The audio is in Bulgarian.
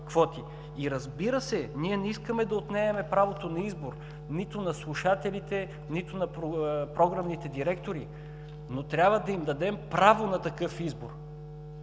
Разбира се, ние не искаме да отнемаме правото на избор, нито на слушателите, нито на програмните директори, но трябва да им дадем право на такъв избор,